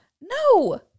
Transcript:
No